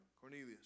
Cornelius